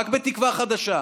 רק בתקווה חדשה.